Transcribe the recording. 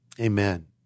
amen